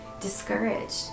discouraged